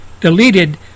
deleted